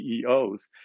CEOs